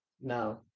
No